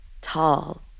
Tall